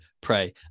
pray